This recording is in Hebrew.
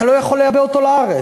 אתה לא יכול לייבא את המוצר לארץ,